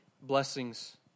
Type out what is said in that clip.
blessings